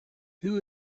who